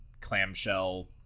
clamshell